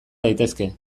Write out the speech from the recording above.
daitezke